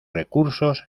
recursos